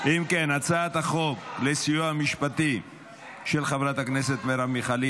הצעת חוק הסיוע המשפטי של חברת הכנסת מרב מיכאלי